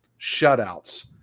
shutouts